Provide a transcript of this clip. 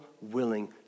willing